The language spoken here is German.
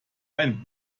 ein